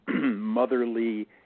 motherly